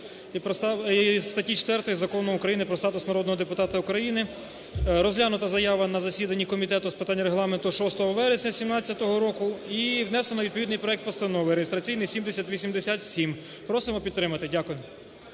і статті 4 Закону України "Про статус народного депутата України". Розглянута заява на засіданні Комітету з питань Регламенту 6 вересня 17 року, і внесено відповідний проект Постанови, реєстраційний 7087. Просимо підтримати. Дякую.